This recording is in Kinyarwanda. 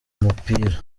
mupira